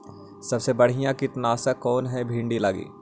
सबसे बढ़िया कित्नासक कौन है भिन्डी लगी?